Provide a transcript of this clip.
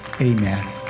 Amen